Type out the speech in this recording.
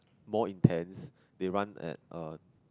more intense they run at err